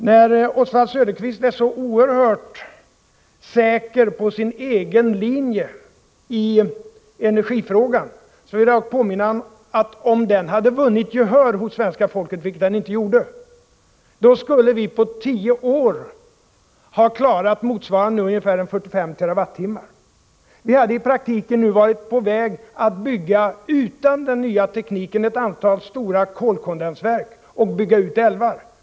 När Oswald Söderqvist är så oerhört säker på sin egen linje i energifrågan, vill jag påminna om att om den hade vunnit gehör hos svenska folket, vilket den inte gjorde, skulle vi på tio år ha klarat motsvarande ungefär 45 TWh. Vi hade i praktiken nu varit på väg att utan den nya tekniken bygga ett antal stora kolkondensverk och bygga ut älvar.